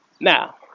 Now